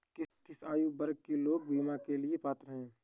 किस आयु वर्ग के लोग बीमा के लिए पात्र हैं?